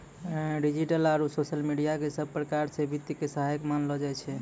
digital आरू social media क सब प्रकार स वित्त के सहायक मानलो जाय छै